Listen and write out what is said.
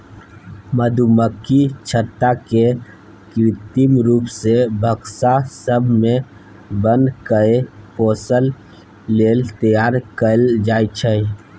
मधुमक्खी छत्ता केँ कृत्रिम रुप सँ बक्सा सब मे बन्न कए पोसय लेल तैयार कयल जाइ छै